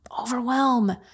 Overwhelm